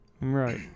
right